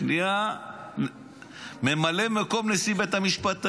הוא נהיה ממלא מקום נשיא בית המשפט העליון.